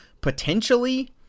potentially